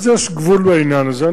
אז יש גבול לעניין הזה.